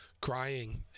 crying